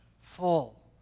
full